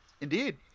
Indeed